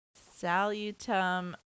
Salutum